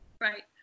right